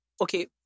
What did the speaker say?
okay